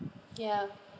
ya